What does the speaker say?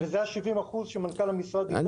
זה ה-70% שמנכ"ל המשרד דיבר עליהם --- אני